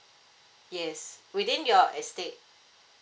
yes within your estate